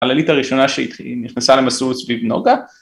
חללית הראשונה שהיא נכנסה למסעות סביב נגה